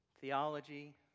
theology